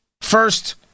first